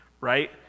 right